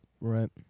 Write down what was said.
Right